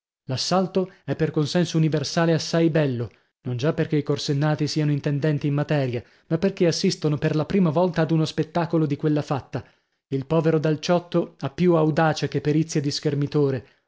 l'assalto è per consenso universale assai bello non già perchè i corsennati siano intendenti in materia ma perchè assistono per la prima volta ad uno spettacolo di quella fatta il povero dal ciotto ha più audacia che perizia di schermitore